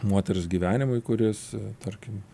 moters gyvenimui kuris tarkim